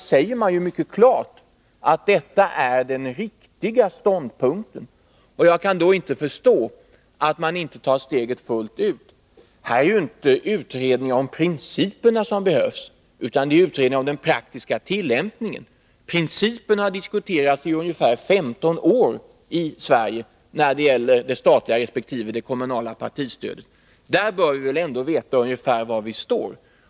Där säger man mycket klart att detta är den riktiga konstruktionen. Jag kan inte förstå att man då inte tar steget fullt ut. Det är ju inte en utredning om principerna som behövs utan en utredning om den praktiska tillämpningen. Principerna för det statliga resp. kommunala partistödet har diskuterats i ungefär 15 år i Sverige. Där bör vi väl ändå veta ungefär var vi står!